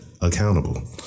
accountable